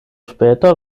später